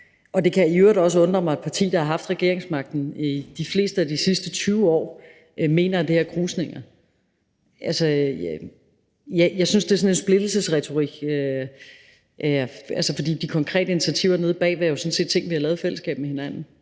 Det kan i øvrigt også undre mig, at et parti, der har haft regeringsmagten i de fleste af de sidste 20 år, mener, at det her er krusninger. Jeg synes, det er en splittelsesretorik, for de konkrete initiativer nede bagved er jo sådan set ting, vi har lavet i fællesskab med hinanden.